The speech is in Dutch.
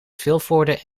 vilvoorde